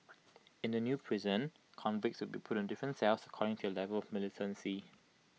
in the new prison convicts will be put in different cells according to their level of militancy